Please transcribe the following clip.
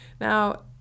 Now